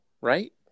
right